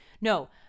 no